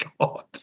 God